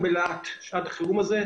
אפילו בלהט שעת החירום הזאת,